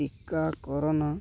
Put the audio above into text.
ଟିକାକରଣ